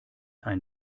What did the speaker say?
ein